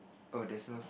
oh there's no